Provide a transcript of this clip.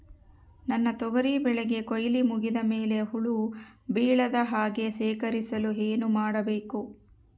ನನ್ನ ತೊಗರಿ ಬೆಳೆಗೆ ಕೊಯ್ಲು ಮುಗಿದ ಮೇಲೆ ಹುಳು ಬೇಳದ ಹಾಗೆ ಶೇಖರಿಸಲು ಏನು ಮಾಡಬೇಕು?